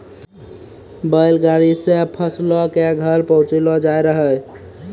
बैल गाड़ी से फसलो के घर पहुँचैलो जाय रहै